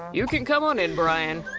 you can come on in, brian.